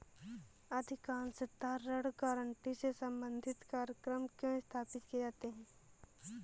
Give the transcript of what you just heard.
अधिकांशतः ऋण गारंटी से संबंधित कार्यक्रम क्यों स्थापित किए जाते हैं?